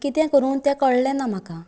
कितें करूं तें कळ्ळें ना म्हाका